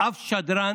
אף שדרן